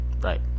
Right